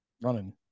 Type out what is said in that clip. running